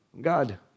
God